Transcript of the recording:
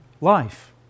life